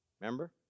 Remember